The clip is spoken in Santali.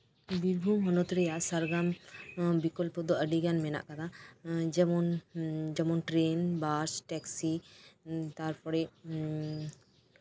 ᱵᱤᱨᱵᱷᱩᱢ ᱦᱚᱱᱚᱛ ᱨᱮᱭᱟᱜ ᱥᱟᱲᱜᱟᱢ ᱵᱤᱠᱚᱞᱯᱚ ᱫᱚ ᱟᱹᱰᱤᱜᱟᱱ ᱡᱮᱢᱚᱱ ᱴᱮᱨᱮᱱ ᱵᱟᱥ ᱴᱮᱠᱥᱤ ᱛᱟᱨᱯᱚᱨᱮ